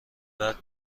بعد